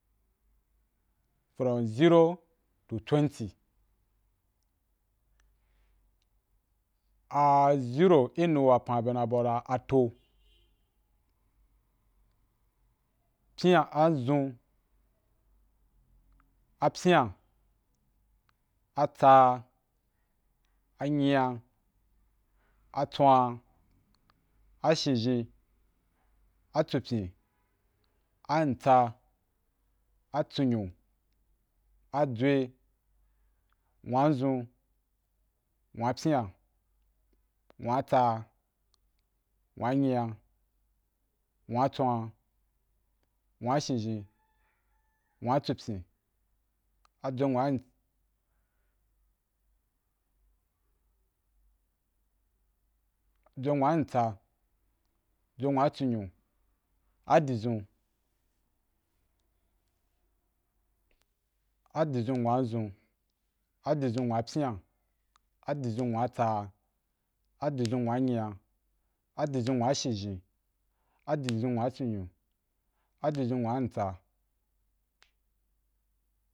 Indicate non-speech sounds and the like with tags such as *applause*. From zero to twenthy- a zero i nu wapan be na bau dan, ato’u, pya a zun, a pyin’a, a tsa, a nyi’a, a twu’an, a shishin, a tsupyin, a ntsa, a tsunyo, a dwa, nwan nzun, nwa pyia, nwa tsa, nwa nyiya, nwa tswan, nwa shishin, nwa tsupyìn, a tdua nwa, tdwa nwa tsa, tdwa nwa tsunyo, a dizun, a di zun nwan nzun, a di zun nwan pyin’a, a di zun nwa tsa, *noise* a dizun nwa nyi’a, a dizun nwa shishin, a dizun nwa tsunyo, a dizun nwa ntsa. *noise*